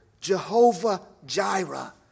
Jehovah-Jireh